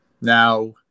Now